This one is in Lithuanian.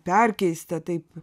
perkeista taip